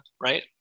right